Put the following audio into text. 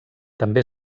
també